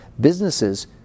Businesses